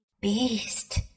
beast